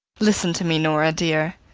listen to me, nora dear.